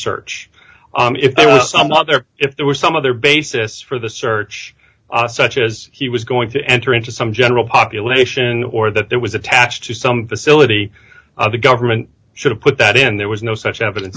search i'm not there if there were some other basis for the search such as he was going to enter into some general population or that that was attached to some disability of the government should have put that in there was no such evidence